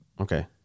Okay